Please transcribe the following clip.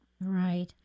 Right